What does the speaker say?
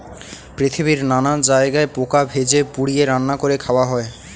পৃথিবীর নানা জায়গায় পোকা ভেজে, পুড়িয়ে, রান্না করে খাওয়া হয়